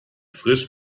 frisch